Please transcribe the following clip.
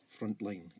frontline